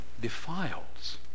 defiles